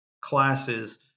classes